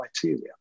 criteria